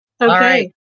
Okay